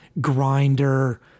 grinder